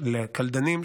ולקלדנים,